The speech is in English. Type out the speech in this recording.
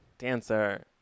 dancer